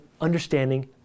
understanding